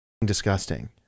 disgusting